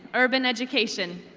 urban education.